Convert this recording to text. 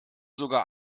sogar